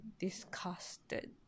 disgusted